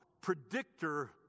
predictor